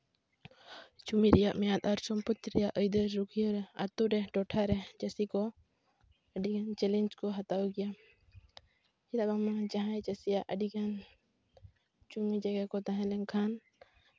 ᱡᱚᱢᱤ ᱨᱮᱭᱟᱜ ᱢᱮᱭᱟᱫ ᱟᱨ ᱥᱚᱢᱯᱚᱛᱛᱤ ᱨᱮᱭᱟᱜ ᱟᱹᱭᱫᱟᱹᱨ ᱨᱩᱠᱷᱭᱟᱹ ᱟᱹᱛᱩ ᱨᱮ ᱴᱚᱴᱷᱟᱨᱮ ᱪᱟᱹᱥᱤ ᱠᱚ ᱟᱹᱰᱤᱜᱟᱱ ᱪᱮᱞᱮᱧᱡᱽ ᱠᱚ ᱦᱟᱛᱟᱣ ᱜᱮᱭᱟ ᱪᱮᱫᱟᱜ ᱵᱟᱝᱢᱟ ᱡᱟᱦᱟᱸᱭ ᱪᱟᱹᱥᱤᱭᱟᱜ ᱟᱹᱰᱤᱜᱟᱱ ᱡᱚᱢᱤᱡᱟᱭᱜᱟ ᱠᱚ ᱛᱟᱦᱮᱸ ᱞᱮᱱᱠᱷᱟᱱ